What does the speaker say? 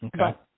Okay